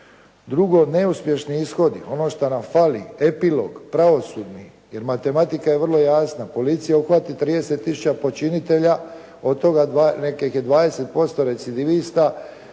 Drugo, neuspješni ishodi ono što nam fali, epilog pravosudni, jer matematika je vrlo jasna. Policija uhvati 30 tisuća počinitelja od toga neka ih je 20% recidivista,